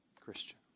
Christian